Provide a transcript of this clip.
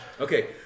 Okay